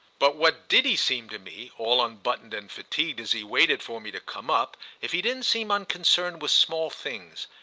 but what did he seem to me, all unbuttoned and fatigued as he waited for me to come up if he didn't seem unconcerned with small things,